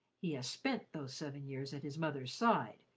he has spent those seven years at his mother's side,